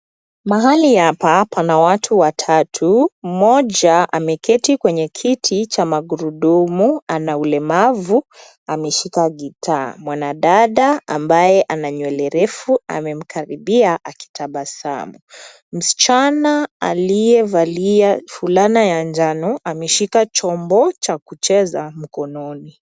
Mhali hapa pana watu watatu mmoja ameketi kwenye kiti cha magurudumu anaulemavu ameshika guitar mwanadada ambaye ananywele ndefu amemkaribia akitabasamu msichana aliyevalia fulana ya njano ameshika chombo cha kucheze mkononi.